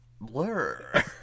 Blur